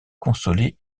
consoler